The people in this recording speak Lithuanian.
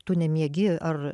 tu nemiegi ar